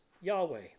Yahweh